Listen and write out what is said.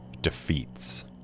defeats